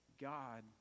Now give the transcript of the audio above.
God